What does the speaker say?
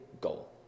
goal